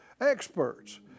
experts